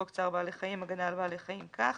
חוק צער בעלי חיים (הגנה על בעלי חיים) כך